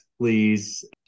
please